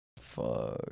Fuck